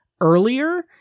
earlier